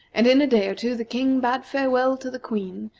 and in day or two the king bade farewell to the queen,